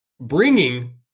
bringing